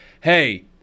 hey